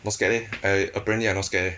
not scared eh apparently I not scared eh